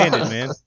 man